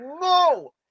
no